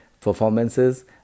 performances